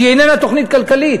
שהיא איננה תוכנית כלכלית,